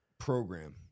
program